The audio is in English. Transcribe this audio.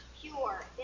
pure